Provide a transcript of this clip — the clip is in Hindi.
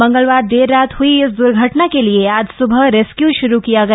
मंगलवार देर रात हई इस द्र्घटना के लिए आज सुबह रेस्क्यू शुरू किया गया